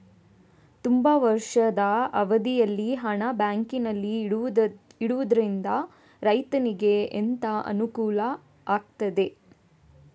ತುಂಬಾ ವರ್ಷದ ಅವಧಿಯಲ್ಲಿ ಹಣ ಬ್ಯಾಂಕಿನಲ್ಲಿ ಇಡುವುದರಿಂದ ರೈತನಿಗೆ ಎಂತ ಅನುಕೂಲ ಆಗ್ತದೆ?